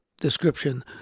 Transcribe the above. description